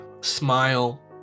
smile